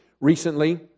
recently